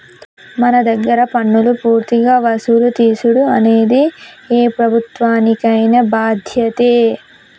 మన దగ్గర పన్నులు పూర్తిగా వసులు తీసుడు అనేది ఏ ప్రభుత్వానికైన బాధ్యతే